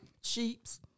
sheeps